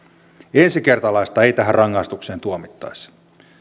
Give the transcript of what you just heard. ensikertalaista ei tähän rangaistukseen tuomittaisi